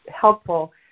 helpful